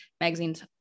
Magazine's